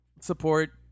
support